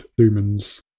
lumens